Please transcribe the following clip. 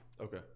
okay